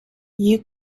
you